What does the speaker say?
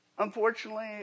Unfortunately